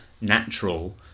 natural